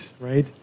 right